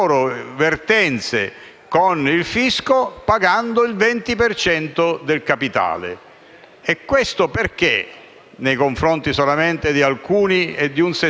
di quei cittadini che non hanno pagato per motivi di necessità, per motivi dovuti al loro stato economico personale?